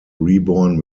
reborn